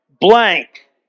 blank